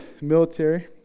military